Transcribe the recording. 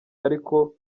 ariko